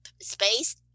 space